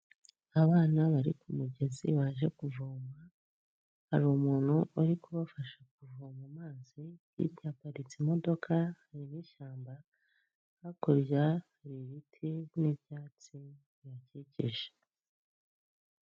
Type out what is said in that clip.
Abana bari ku mugezi baje kuvoma hari umuntu uri kubafasha kuvoma amazi, hirya haparitse imodoka n'ishyamba hakurya ibiti n'ibyatsi bihakikije.